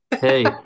Hey